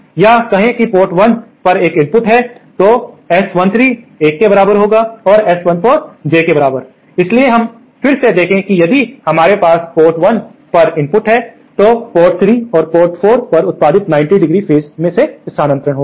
या कहें कि पोर्ट 1 पर एक इनपुट है तो S13 1 के बराबर है और S14 J के बराबर है इसलिए हम फिर से देखें कि यदि हमारे पास पोर्ट 1 पर इनपुट है तो पोर्ट 3 और पोर्ट 4 पर उत्पादित 90° फेज से स्थानांतरित होगा